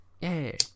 Yay